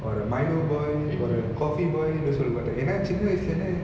or a milo boy ஒரு:oru coffee boy னு சொல்லுவட்டு ஏன்னா சின்ன வயசிலிருந்தே:nu solluvattu eanna sinna vayasilirunthe